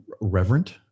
reverent